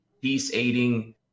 peace-aiding